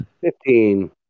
Fifteen